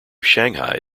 shanghai